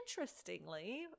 Interestingly